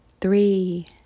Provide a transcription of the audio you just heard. three